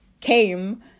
came